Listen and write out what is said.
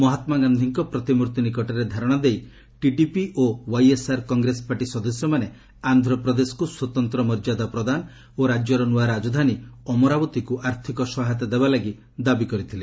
ମହାତ୍ଲା ଗାନ୍ଧିଙ୍କ ପ୍ରତିମ୍ଭର୍ତ୍ତି ନିକଟରେ ଧାରଣା ଦେଇ ଟିଡିପି ଓ ୱାଇଏସ୍ଆର୍ କଂଗ୍ରେସ ପାର୍ଟି ସଦସ୍ୟମାନେ ଆନ୍ଧ୍ରପ୍ରଦେଶକୁ ସ୍ୱତନ୍ତ୍ର ମର୍ଯ୍ୟଦା ପ୍ରଦାନ ଓ ରାଜ୍ୟର ନ୍ତଆ ରାଜଧାନୀ ଅମରାବତୀକୁ ଆର୍ଥିକ ସହାୟତା ଦେବା ଲାଗି ଦାବି କରିଥିଲେ